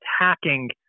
attacking